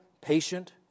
patient